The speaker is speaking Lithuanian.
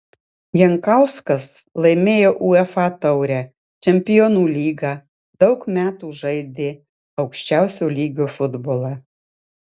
jankauskas laimėjo uefa taurę čempionų lygą daug metų žaidė aukščiausio lygio futbolą